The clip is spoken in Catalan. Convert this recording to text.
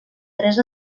tres